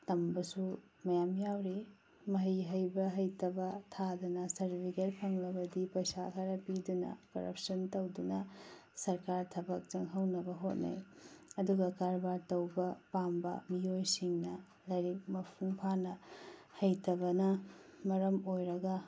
ꯇꯝꯕꯁꯨ ꯃꯌꯥꯝ ꯌꯥꯎꯔꯤ ꯃꯍꯩ ꯍꯩꯕ ꯍꯩꯇꯕ ꯊꯥꯗꯅ ꯁꯥꯔꯇꯤꯐꯤꯀꯦꯠ ꯐꯪꯂꯕꯗꯤ ꯄꯩꯁꯥ ꯈꯔ ꯄꯤꯗꯨꯅ ꯀꯔꯞꯁꯟ ꯇꯧꯗꯨꯅ ꯁ꯭ꯔꯀꯥꯔ ꯊꯕꯛ ꯆꯪꯍꯧꯅꯕ ꯍꯣꯠꯅꯩ ꯑꯗꯨꯒ ꯀ꯭ꯔꯕꯥꯔ ꯇꯧꯕ ꯄꯥꯝꯕ ꯃꯤꯑꯣꯏꯁꯤꯡꯅ ꯂꯥꯏꯔꯤꯛ ꯃꯄꯨꯝ ꯐꯥꯅ ꯍꯩꯇꯕꯅ ꯃꯔꯝ ꯑꯣꯏꯔꯒ